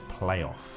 playoff